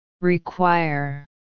Require